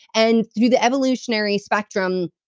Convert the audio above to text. and through the evolutionary spectrum,